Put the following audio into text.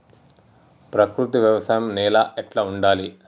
ప్రకృతి వ్యవసాయం నేల ఎట్లా ఉండాలి?